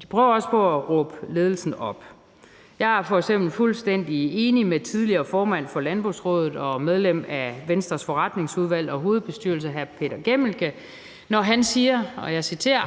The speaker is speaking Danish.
De prøver også på at råbe ledelsen op. Jeg er f.eks. fuldstændig enig med tidligere formand for Landbrugsrådet og medlem af Venstres forretningsudvalg og hovedbestyrelse hr. Peter Gæmelke, når han siger, og jeg citerer: